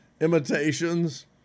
imitations